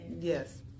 Yes